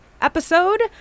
episode